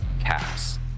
caps